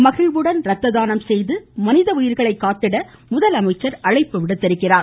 மகிழ்வுடன் ரத்த தானம் செய்து மனித உயிர்களை காத்திட முதலமைச்சர் அழைப்பு விடுத்திருக்கிறார்